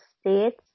states